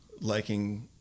liking